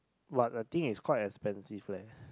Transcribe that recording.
but I think it's quite expensive leh